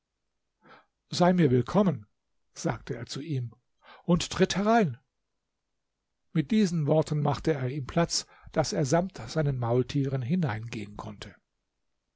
sei mir willkommen sagte er zu ihm und tritt herein mit diesen worten machte er ihm platz daß er samt seinen maultieren hineingehen konnte